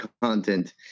content